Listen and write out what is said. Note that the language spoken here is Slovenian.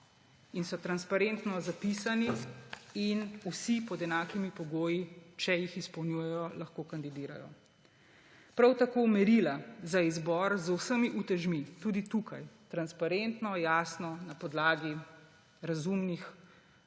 in so transparentno zapisani. Vsi pod enakimi pogoji, če jih izpolnjujejo, lahko kandidirajo. Prav tako merila za izbor z vsemi utežmi, tudi tukaj, transparentno, jasno, na podlagi razumnih,